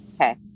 okay